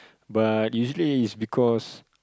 but usually it's because